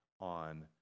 on